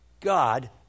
God